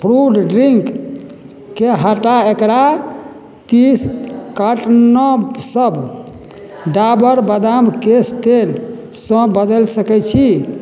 fruit ड्रिन्कके हटा एकरा तीस कार्टनसब डाबर बादाम केश तेलसे बदलि सकै छी